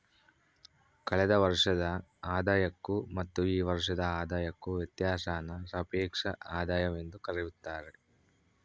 ಕಳೆದ ವರ್ಷದ ಆದಾಯಕ್ಕೂ ಮತ್ತು ಈ ವರ್ಷದ ಆದಾಯಕ್ಕೂ ವ್ಯತ್ಯಾಸಾನ ಸಾಪೇಕ್ಷ ಆದಾಯವೆಂದು ಕರೆಯುತ್ತಾರೆ